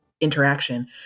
interaction